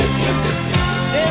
music